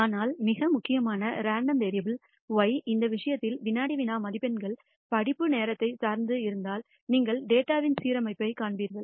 ஆனால் மிக முக்கியமாக ரேண்டம் வேரியபுல் y இந்த விஷயத்தில் வினாடி வினா மதிப்பெண்கள் படிப்பு நேரத்தை சார்ந்து இருந்தால் நீங்கள் டேட்டாவின் சீரமைப்பைக் காண்பீர்கள்